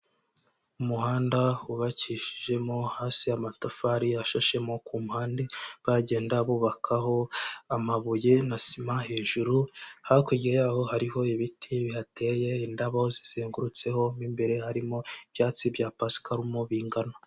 Umuhanda wubakishijemo hasi amatafari ashashemo ku mpande, bagenda bubakaho amabuye na sima hejuru, hakurya y'aho hariho ibiti bihateye, indabo zizengurutseho, mo imbere harimo ibyatsi bya pasikarumo bingana.